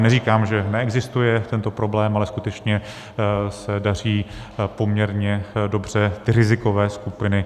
Neříkám, že neexistuje tento problém, ale skutečně se daří poměrně dobře ty rizikové skupiny chránit.